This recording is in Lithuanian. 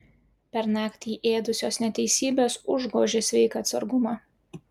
pernakt jį ėdusios neteisybės užgožė sveiką atsargumą